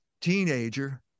teenager